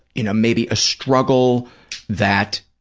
you know, maybe a struggle that,